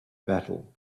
battle